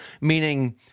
meaning